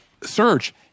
search